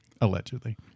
allegedly